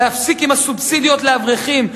להפסיק עם הסובסידיות לאברכים,